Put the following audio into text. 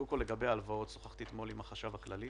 קודם כול לגבי הלוואות שוחחתי אתמול עם החשב הכללי